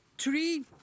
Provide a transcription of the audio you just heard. Three